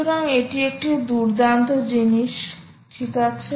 সুতরাং এটি একটি দুর্দান্ত জিনিস ঠিক আছে